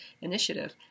initiative